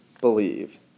believe